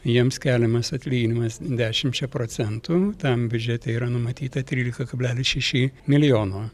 jiems keliamas atlyginimas dešimčia procentų tam biudžete yra numatyta trylika kablelis šeši milijono